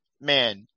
man